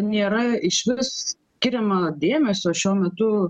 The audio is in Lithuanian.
nėra išvis skiriama dėmesio šiuo metu